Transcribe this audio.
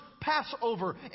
Passover